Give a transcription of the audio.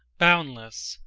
boundless,